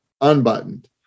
unbuttoned